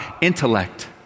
intellect